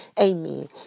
Amen